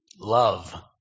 love